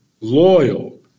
loyal